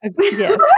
Yes